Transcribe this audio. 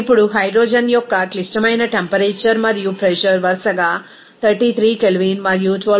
ఇప్పుడు హైడ్రోజన్ యొక్క క్లిష్టమైన టెంపరేచర్ మరియు ప్రెజర్ వరుసగా 33 K మరియు 12